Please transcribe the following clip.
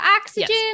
oxygen